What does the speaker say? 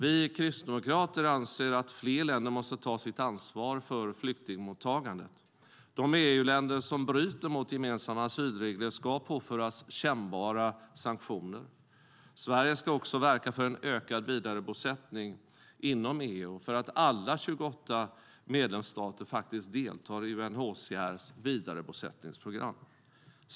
Vi kristdemokrater anser att fler länder måste ta sitt ansvar för flyktingmottagandet. De EU-länder som bryter mot gemensamma asylregler ska påföras kännbara sanktioner. Sverige ska också verka för en ökad vidarebosättning inom EU och för att alla 28 medlemsstater faktiskt ska delta i UNHCR:s vidarebosättningsprogram.